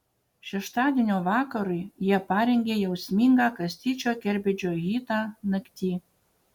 šeštadienio vakarui jie parengė jausmingą kastyčio kerbedžio hitą nakty